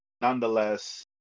nonetheless